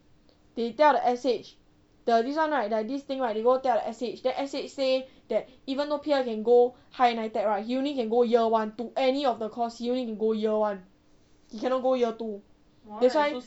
they tell the S_H err this one right this thing right they go tell the S_H then S_H say that even though pierre can go high NITEC right he only can go year one to any of the course he only can go year one he cannot go year two that's why